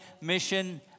mission